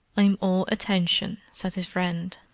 i'm all attention, said his friend.